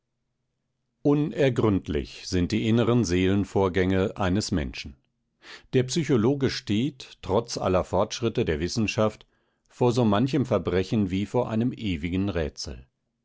unergründlich sind die inneren seelenvorgänge eines menschen der psychologe steht trotz aller fortschritte der wissenschaft vor so manchem verbrechen wie vor einem ewigen rätsel